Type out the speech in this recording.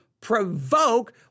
provoke